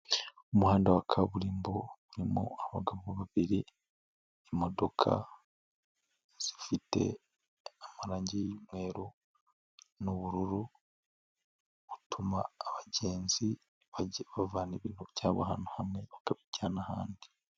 Umuhanda wa kaburimbo urimo abagabo babiri, imodoka zifite amarangi y'umweru n'ubururu, utuma abagenzi bajya bavana ibintu byabo ahantu hamwe bakabijyana ahandi.